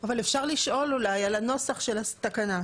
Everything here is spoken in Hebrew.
אבל אפשר לשאול אולי על הנוסח של התקנה,